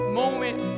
moment